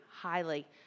highly